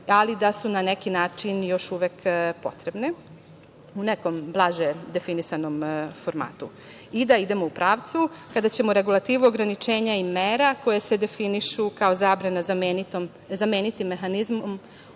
ali da su na neki način još uvek potrebne u nekom blaže definisanom formatu i da idemo u pravcu kada ćemo regulativu ograničenja i mera, koje se definišu ko zabrana, zameniti mehanizmom